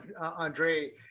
Andre